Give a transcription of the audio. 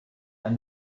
and